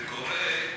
וקורא,